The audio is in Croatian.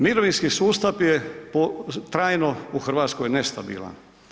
Mirovinski sustav je trajno u Hrvatskoj nestabilan.